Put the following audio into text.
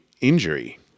injury